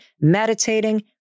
meditating